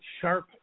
sharp